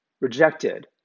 rejected